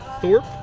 Thorpe